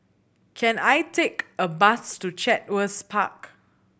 can I take a bus to Chatsworth Park